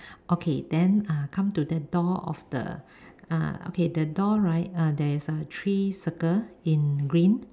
okay then uh come to that door of the uh okay the door right uh there is a three circle in green